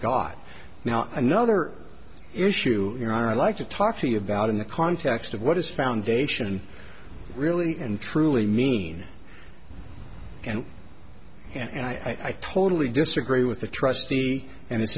got now another issue you know i like to talk to you about in the context of what is foundation really and truly mean and and i totally disagree with the trustee and it